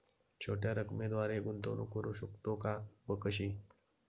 छोट्या रकमेद्वारे गुंतवणूक करू शकतो का व कशी?